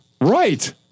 Right